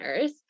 earth